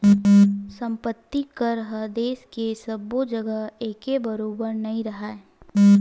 संपत्ति कर ह देस के सब्बो जघा एके बरोबर नइ राहय